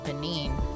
Benin